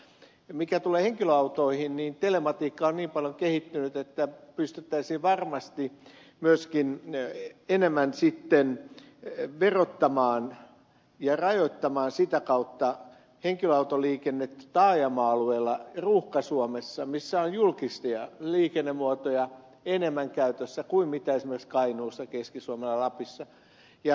mitä tulee henkilöautoihin niin telematiikka on niin paljon kehittynyt että pystyttäisiin varmasti myöskin enemmän sitten verottamaan ja rajoittamaan sitä kautta henkilöautoliikennettä taajama alueilla ruuhka suomessa missä on julkisia liikennemuotoja enemmän käytössä kuin esimerkiksi kainuussa keski suomessa ja lapissa